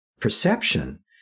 perception